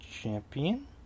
champion